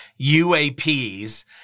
UAPs